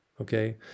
okay